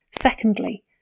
Secondly